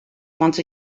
once